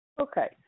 Okay